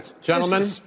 gentlemen